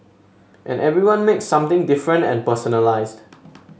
and everyone makes something different and personalised